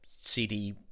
cd